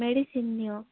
medicine ନିଅ